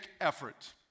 effort